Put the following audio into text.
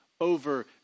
over